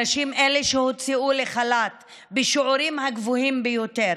הנשים הן שהוציאו לחל"ת בשיעורים הגבוהים ביותר.